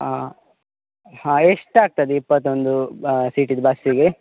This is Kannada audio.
ಹಾಂ ಹಾಂ ಎಷ್ಟು ಆಗ್ತದೆ ಇಪ್ಪತ್ತೊಂದು ಸೀಟಿಂದು ಬಸ್ಸಿಗೆ